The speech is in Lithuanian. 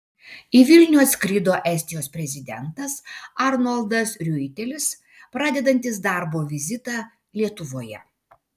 į vilnių atskrido estijos prezidentas arnoldas riuitelis pradedantis darbo vizitą lietuvoje